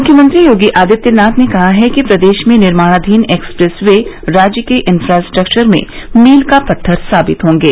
मुख्यमंत्री योगी आदित्यनाथ ने कहा कि प्रदेश में निर्माणाधीन एक्सप्रेस वे राज्य के इन्फ्रास्ट्रक्चर में मील का पत्थर साबित होंगे